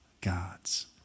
God's